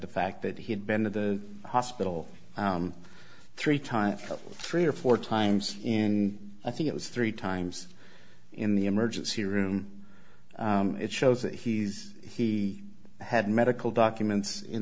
the fact that he had been in the hospital three times three or four times in i think it was three times in the emergency room it shows that he's he had medical documents in